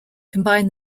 combine